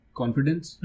confidence